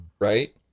right